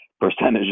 percentage